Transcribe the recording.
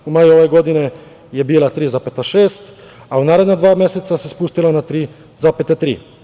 U maju ove godine je bila 3,6%, a u naredna dva meseca se spustila na 3,3%